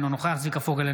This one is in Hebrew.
אינו נוכח צביקה פוגל,